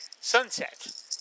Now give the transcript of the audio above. sunset